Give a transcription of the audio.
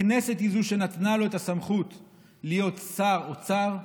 הכנסת היא שנתנה לו את הסמכות להיות שר האוצר,